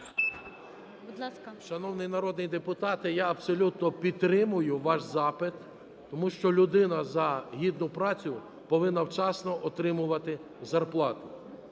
Шановні народні депутати, я абсолютно підтримую ваш запит, тому що людина за гідну працю повинна вчасно отримувати зарплату.